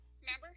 Remember